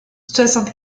soixante